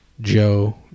joe